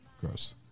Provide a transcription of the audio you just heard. Gross